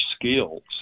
skills